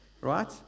Right